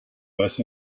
less